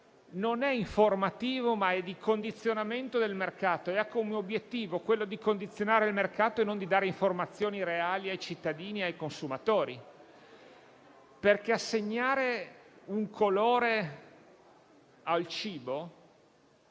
non è informativo, ma è di condizionamento del mercato e ha come obiettivo condizionare il mercato e non dare informazioni reali ai cittadini e ai consumatori. Infatti, assegnare un colore al cibo